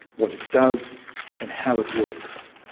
what it does and how it works.